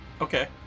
Okay